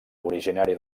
originari